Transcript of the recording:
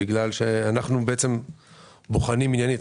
בגלל שאנחנו בעצם בוחנים עניינית.